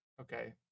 Okay